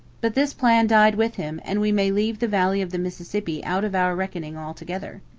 but this plan died with him and we may leave the valley of the mississippi out of our reckoning altogether.